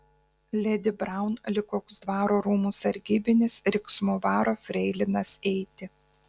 ledi braun lyg koks dvaro rūmų sargybinis riksmu varo freilinas eiti